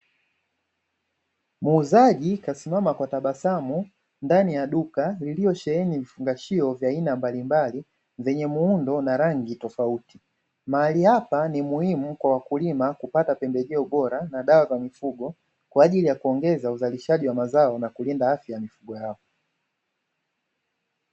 Muuzaji kasimama kwa tabasamu ndani ya duka, liliosheheni vifungashio vya aina mbalimbali zenye muundo na rangi tofauti, mahali hapa ni muhimu kwa wakulima kupata pembejeo bora na dawa za mifugo kwa ajili ya kuongeza uzalishaji wa mazao na kulinda afya ya mifugo yao.